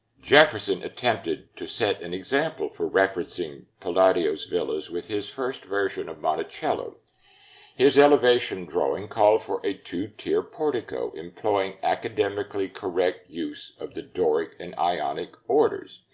jefferson attempted to set an example for referencing palladio's villas with his first version of monticello. his elevation drawing called for a two-tier portico employing academically-correct use of the doric and ionic orders.